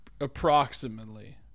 approximately